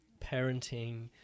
parenting